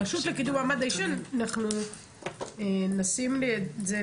הרשות לקידום מעמד האישה אנחנו נשים את זה,